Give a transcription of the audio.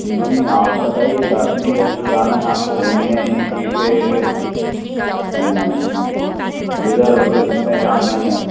नहीं आप बताइये दार्शनिक स्थल जाना है आपको घूमने कि फिर वेदार भवन में जाना है